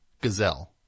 gazelle